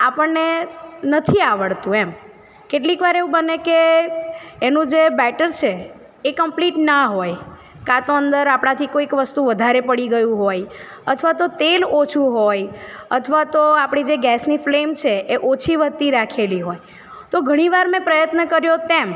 આપણને નથી આવડતું એમ કેટલીક વાર એવું બને કે એનું જે બેટર છે એ કમ્પ્લીટ ન હોય ક્યાં તો અંદર આપણાથી કોઈક વસ્તુ વધારે પડી ગયું હોય અથવા તો તેલ ઓછું હોય અથવા તો આપણી જે ગેસની ફલેમ છે એ ઓછી વધતી રાખેલી હોય તો ઘણી વાર મેં પ્રયત્ન કર્યો તેમ